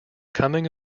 coming